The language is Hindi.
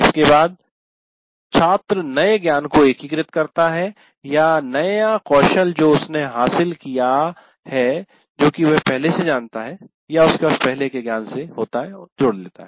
इसके बाद छात्र नए ज्ञान को एकीकृत करता है या नया कौशल जो उसने हासिल किया है जो कि वह पहले से जानता है या उसके पास पहले के ज्ञान से जोड़ता है